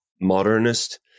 modernist